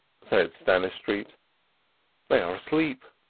said stannistreet they are asleep.